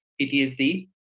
PTSD